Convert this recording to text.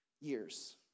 years